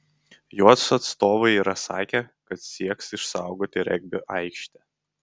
jos atstovai yra sakę kad sieks išsaugoti regbio aikštę